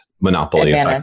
monopoly